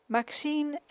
Maxine